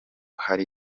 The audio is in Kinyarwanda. hari